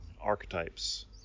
archetypes